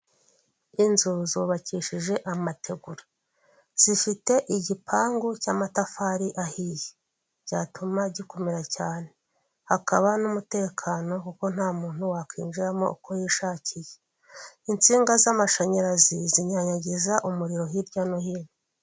Inzu zubakishije amategura, zifite igipangu cy'amatafari ahiye byatuma gikomera cyane hakaba n'umutekano kuko nta muntu wakwinjiramo uko yishakiye, insinga z'amashanyarazi zinyanyagiza umuriro hirya no hino.